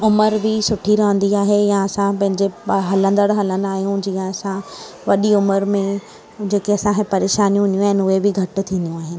उमिरि बि सुठी रहंदी आहे या असां पंहिंजे हलंदड़ हलंदा आहियूं जीअं असां वॾी उमिरि में जेके असांखे परेशानियूं ईंदियूं आहिनि उहे बी घटि थींदियूं आहिनि